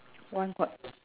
one quart~